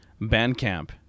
Bandcamp